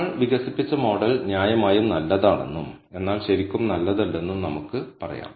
നമ്മൾ വികസിപ്പിച്ച മോഡൽ ന്യായമായും നല്ലതാണെന്നും എന്നാൽ ശരിക്കും നല്ലതല്ലെന്നും നമുക്ക് പറയാം